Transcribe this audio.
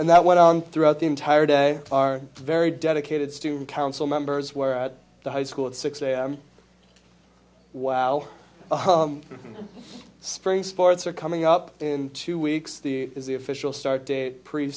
and that went on throughout the entire day are very dedicated student council members were at the high school at six am wow spring sports are coming up in two weeks the is the official start date pre